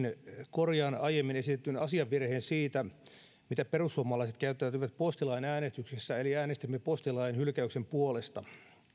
korjaan aiemmin esitetyn asiavirheen siitä miten perussuomalaiset käyttäytyivät postilain äänestyksessä eli äänestimme postilain hylkäyksen puolesta